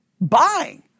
buying